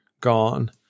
gone